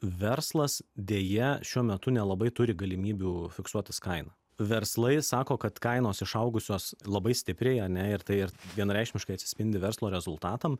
verslas deja šiuo metu nelabai turi galimybių fiksuotis kainą verslai sako kad kainos išaugusios labai stipriai ane ir tai ir vienareikšmiškai atsispindi verslo rezultatam